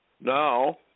Now